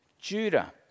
Judah